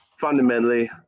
fundamentally